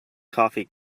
coffee